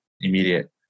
immediate